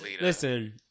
Listen